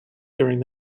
during